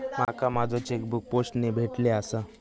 माका माझो चेकबुक पोस्टाने भेटले आसा